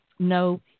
No